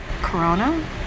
Corona